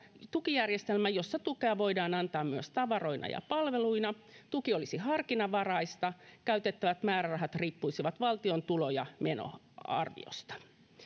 tukijärjestelmä jossa tukea voidaan antaa myös tavaroina ja palveluina tuki olisi harkinnanvaraista käytettävät määrärahat riippuisivat valtion tulo ja menoarviosta